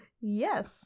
yes